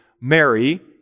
Mary